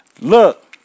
look